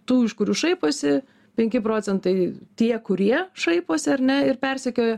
tų iš kurių šaiposi penki procentai tie kurie šaiposi ar ne ir persekioja